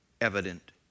evident